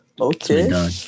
Okay